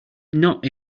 not